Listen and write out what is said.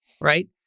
right